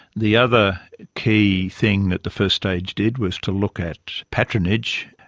the other key thing that the first stage did was to look at patronage,